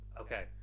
Okay